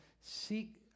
seek